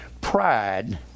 Pride